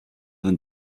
than